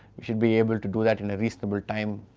you should be able to do that in a reasonable time,